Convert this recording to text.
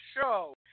show